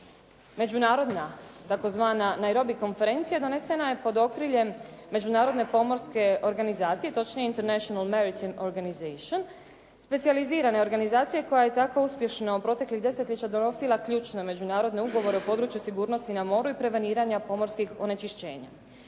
Međunarodna tzv. najrobi konferencija donesena je pod okriljem međunarodne pomorske organizacije, točnije International mertitin organization, specijalizirane organizacije koja je tako uspješno proteklih desetljeća donosila ključne međunarodne ugovore u području sigurnosti na moru i preveniranja pomorskih onečišćenja.